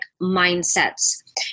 mindsets